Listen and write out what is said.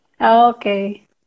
Okay